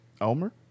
Elmer